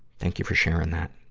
thank you for sharing that.